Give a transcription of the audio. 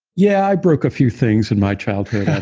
yeah. i broke a few things in my childhood